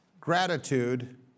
gratitude